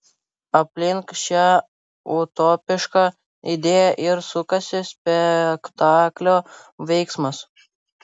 aplink šią utopišką idėją ir sukasi spektaklio veiksmas